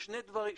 יש שני פרקים